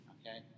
okay